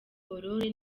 aurore